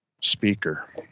speaker